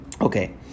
Okay